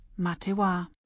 Matewa